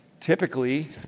Typically